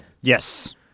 Yes